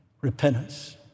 repentance